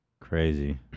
crazy